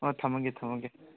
ꯑꯣ ꯊꯝꯃꯒꯦ ꯊꯝꯃꯒꯦ